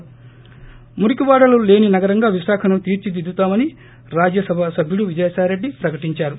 ి మురికివాడలు లేని నగరంగా విశాఖను తీర్పిదిద్దుతామని రాజ్యసభ సభ్యుడు విజయసాయిరెడ్లి ప్రకటించారు